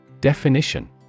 Definition